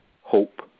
Hope